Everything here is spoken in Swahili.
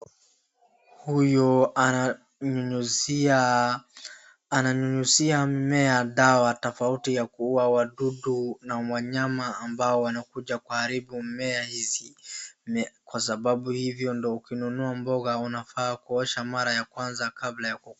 Huyu ananyunyizia mimea dawa tofauti ya kuuwa wadudu na wanyama ambao wanakuja kuharibu mimea hizi, kwa sababu hivyo ndio ukinunua mboga unafaa kuosha mara ya kwanza kabla ya kupika.